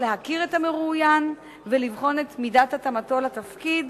להכיר את המרואיין ולבחון את מידת התאמתו לתפקיד